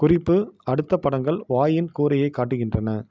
குறிப்பு அடுத்த படங்கள் வாயின் கூரையைக் காட்டுகின்றன